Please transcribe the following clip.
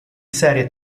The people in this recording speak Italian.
serie